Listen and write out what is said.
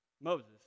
Moses